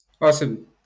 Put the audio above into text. Awesome